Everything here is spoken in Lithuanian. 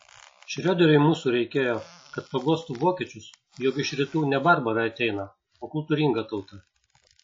šrioderiui mūsų reikėjo kad paguostų vokiečius jog iš rytų ne barbarai ateina o kultūringa tauta